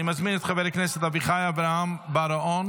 אני מזמין את חבר הכנסת אביחי אברהם בוארון